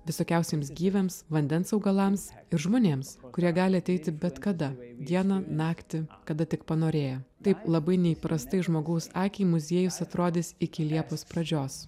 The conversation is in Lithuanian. visokiausiems gyviams vandens augalams ir žmonėms kurie gali ateiti bet kada dieną naktį kada tik panorėję taip labai neįprastai žmogaus akiai muziejus atrodys iki liepos pradžios